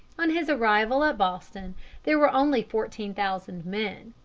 on his arrival at boston there were only fourteen thousand men.